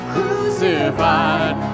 Crucified